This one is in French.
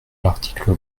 l’article